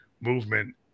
movement